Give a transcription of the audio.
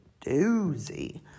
doozy